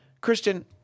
Christian